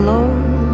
Lord